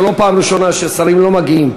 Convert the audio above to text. זו לא פעם ראשונה ששרים לא מגיעים.